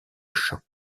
choc